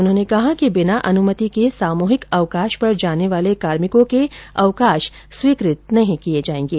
उन्होंने कहा कि बिना अनुमति के सामुहिक अवकाश पर जाने वाले कार्मिको के अवकाश स्वीकृत नहीं किये जायेंगे